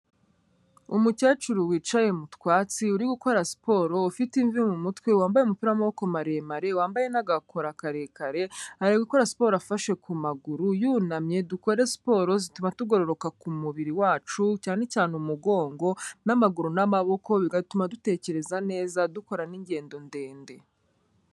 Umukecuru wicaye mu twatsi uri gukora siporo ufite imvi mu mutwe, wambaye umupi w'amaboko maremare, wambaye n'agakora karekare ari gukora siporo afashe ku maguru yunamye, dukore siporo zituma tugororoka ku mubiri wacu cyane cyane umugongo n'amaguru n'amaboko bigatuma dutekereza neza dukora n'ingendo ndende.